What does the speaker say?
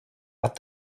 but